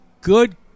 good